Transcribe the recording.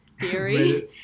theory